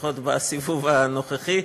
לפחות בסיבוב הנוכחי,